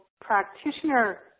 practitioner